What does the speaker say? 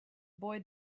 boy